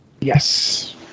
Yes